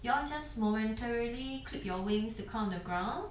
you all just momentarily clip your wings to come on the ground